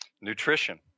Nutrition